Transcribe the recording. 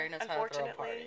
unfortunately